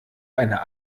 einer